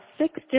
six